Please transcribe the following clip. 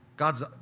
God's